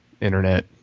internet